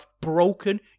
broken